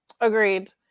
Agreed